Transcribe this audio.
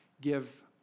give